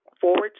forward